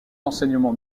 enseignement